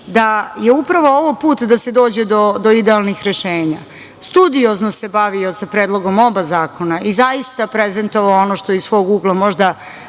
da je upravo ovo put da se dođe idealnih rešenja. Studiozno se bavio sa predlogom oba zakona i zaista, prezentovao ono što iz svog ugla možda